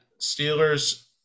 Steelers